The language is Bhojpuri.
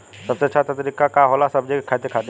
सबसे अच्छा तरीका का होला सब्जी के खेती खातिर?